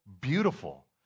beautiful